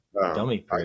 dummy